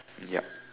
ya